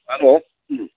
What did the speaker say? hello ꯎꯝ